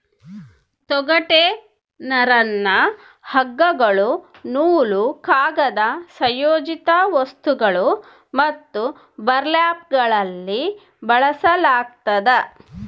ತೊಗಟೆ ನರನ್ನ ಹಗ್ಗಗಳು ನೂಲು ಕಾಗದ ಸಂಯೋಜಿತ ವಸ್ತುಗಳು ಮತ್ತು ಬರ್ಲ್ಯಾಪ್ಗಳಲ್ಲಿ ಬಳಸಲಾಗ್ತದ